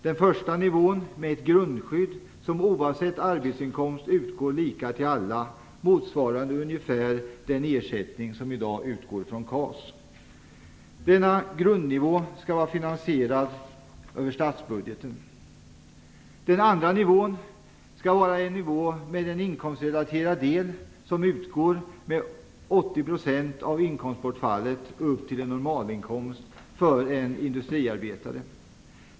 Den första nivån med ett grundskydd innebär att ersättning, oavsett arbetsinkomst, utgår lika till alla motsvarande ungefär dagens ersättning från KAS. Denna grundnivå skall vara finansierad över statsbudgeten. Den andra nivån skall ha en inkomstrelaterad del där ersättning utgår med 80 % av inkomstbortfallet upp till en normalinkomst för en industriarbetare.